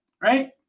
right